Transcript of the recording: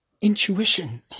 Intuition